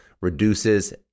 reduces